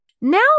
Now